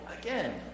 again